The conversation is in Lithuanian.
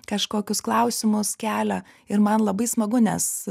kažkokius klausimus kelia ir man labai smagu nes